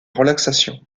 relaxation